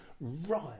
right